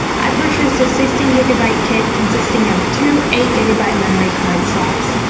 i purchased a sixteen gigabyte kit consisting of two eight gigabyte memory card slots.